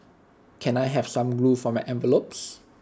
can I have some glue for my envelopes